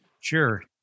Sure